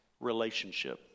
relationship